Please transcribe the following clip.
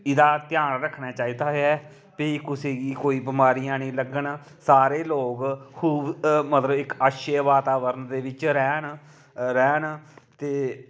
एह्दा ध्यान रखना चाहिदा ऐ भई कुसै गी कोई बमारियां निं लग्गन सारे लोग मतलब इक अच्छे वातावरण दे बिच रैह्न रैह्न ते